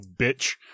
bitch